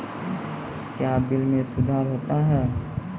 क्या बिल मे सुधार होता हैं?